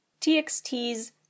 TXT's